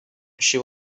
she